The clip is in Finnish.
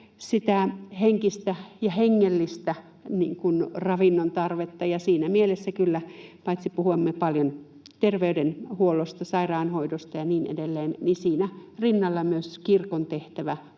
sitä henkistä ja hengellistä ravinnon tarvetta, ja siinä mielessä kyllä puhuimme paljon paitsi terveydenhuollosta, sairaanhoidosta ja niin edelleen, niin siinä rinnalla myös kirkon tehtävä